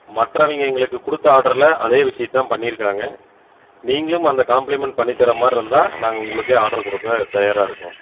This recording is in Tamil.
மற்றவங்க எங்களுக்கு கொடுத்த ஆர்டரில் அதே விஷயத்த தான் பண்ணியிருக்காங்க நீங்களும் அந்த காம்ப்ளிமெண்ட் பண்ணி தர மாதிரி இருந்தால் நாங்கள் உங்களுக்கே ஆர்டர் கொடுக்க தயாராக இருக்கோம்